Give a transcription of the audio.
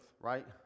right